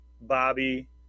Bobby